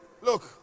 Look